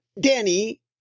Danny